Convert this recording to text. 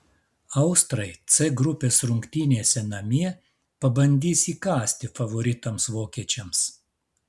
austrai c grupės rungtynėse namie pabandys įkąsti favoritams vokiečiams